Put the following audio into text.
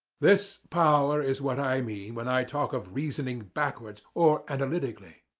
this power is what i mean when i talk of reasoning backwards, or analytically.